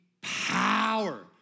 power